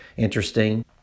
Interesting